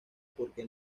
porque